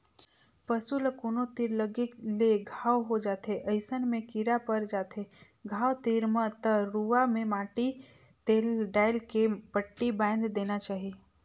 पसू ल कोनो तीर लगे ले घांव हो जाथे अइसन में कीरा पर जाथे घाव तीर म त रुआ में माटी तेल डायल के पट्टी बायन्ध देना चाही